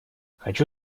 хочу